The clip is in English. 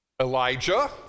Elijah